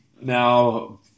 now